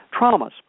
traumas